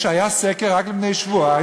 היה סקר רק לפני שבועיים,